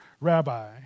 rabbi